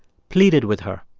pleaded with her.